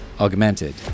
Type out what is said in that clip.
Augmented